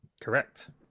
Correct